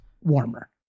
warmer